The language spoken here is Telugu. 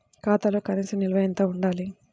ఖాతాలో కనీస నిల్వ ఎంత ఉండాలి?